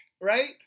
right